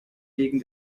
wegen